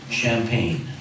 champagne